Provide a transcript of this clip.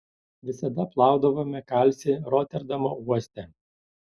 visada plaudavome kalcį roterdamo uoste